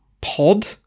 pod